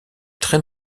très